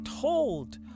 told